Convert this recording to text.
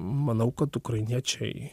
manau kad ukrainiečiai